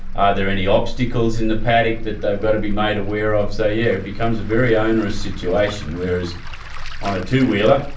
are there any obstacles in the paddock that they've got to be made aware of? so yeah, it becomes a very onerous situation. whereas on a two-wheeler,